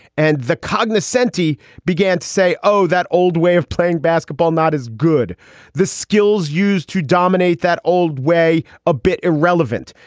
and the cognates senti began to say, oh, that old way of playing basketball. not as good the skills used to dominate that old way a bit irrelevant.